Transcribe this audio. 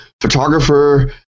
photographer